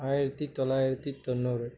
ஆயிரத்தி தொள்ளாயிரத்தி தொண்ணூறு